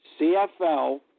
CFL